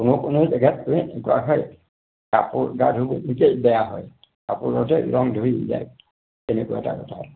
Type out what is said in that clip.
কোনো কোনো জেগাত এনেকুৱা হয় কাপোৰ গা ধুবলৈকে বেয়া হয় কাপোৰতেই ৰং ধৰি যায় তেনেকুৱা এটা কথা